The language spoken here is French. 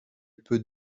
peut